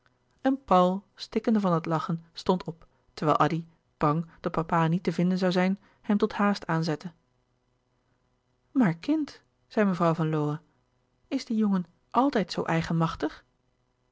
en paul stikkende van het lachen stond op terwijl addy bang dat papa niet te vinden zoû zijn hem tot haast aanzette maar kind zei mevrouw van lowe is die jongen altijd zoo